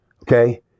okay